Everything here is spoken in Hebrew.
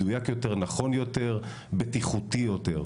מדויק יותר ובטיחותי יותר.